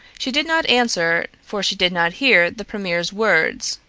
she did not answer, for she did not hear the premier's words.